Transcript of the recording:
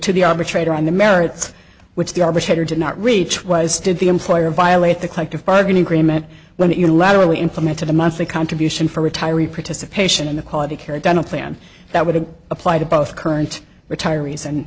to the arbitrator on the merits which the arbitrator did not reach was did the employer violate the collective bargaining agreement when it unilaterally implemented a monthly contribution for retiree participation in the quality care dental plan that would apply to both current retirees and